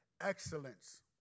Excellence